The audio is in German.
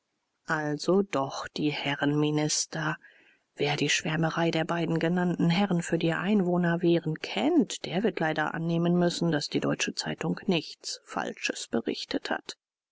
also doch die herren minister wer die schwärmerei der beiden genannten herren für die einwohnerwehren kennt der wird leider annehmen müssen daß die deutsche zeitung nichts falsches berichtet hat